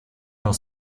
noch